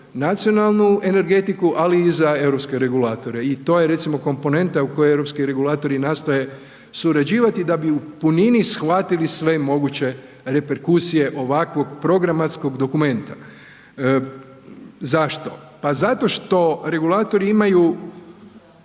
nacionalnu energetiku ali i za europske regulatore i to je recimo komponenta u kojoj europski regulatori nastoje surađivati da bi u punini shvatili sve moguće reperkusije ovakvog programatskog dokumenta. Zašto? Pa zato što regulatori imaju